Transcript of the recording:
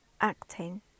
acting